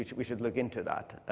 we should we should look into that.